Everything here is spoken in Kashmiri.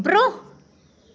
برٛۄنٛہہ